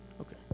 okay